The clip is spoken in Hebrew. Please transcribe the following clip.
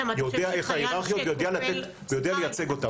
יודע איך ההיררכיות ויודע לייצג אותם.